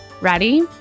Ready